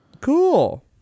Cool